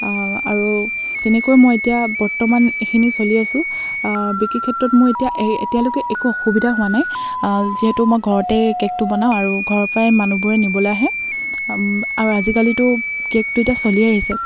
আৰু তেনেকৈ মই এতিয়া বৰ্তমান এইখিনি চলি আছোঁ বিক্ৰী ক্ষেত্ৰত মোৰ এতিয়া এতিয়ালৈকে একো অসুবিধা হোৱা নাই যিহেতু মই ঘৰতে কে'কটো বনাওঁ আৰু ঘৰৰ পৰাই মানুহবোৰে নিবলৈ আহে আৰু আজিকালিতো কে'কটো এতিয়া চলিয়ে আহিছে